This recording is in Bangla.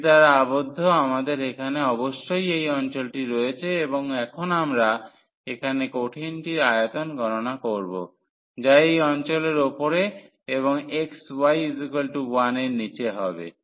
এর দ্বারা আবদ্ধ আমাদের এখানে অবশ্যই এই অঞ্চলটি রয়েছে এবং এখন আমরা এখানে কঠিনটির আয়তন গণনা করব যা এই অঞ্চলের উপরে এবং xy1 এর নীচে হবে